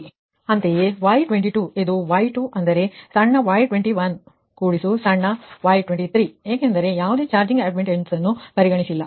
ಅಂತೆಯೇ Y22 ಇದು y2 ಅಂದರೆ ಸಣ್ಣ y21 ಪ್ಲಸ್ ಸಣ್ಣ y23 ಏಕೆಂದರೆ ಯಾವುದೇ ಚಾರ್ಜಿಂಗ್ ಅಡ್ಮಿಟೆಂಸ್ ಅನ್ನು ನಾವು ಪರಿಗಣಿಸಿಲ್ಲ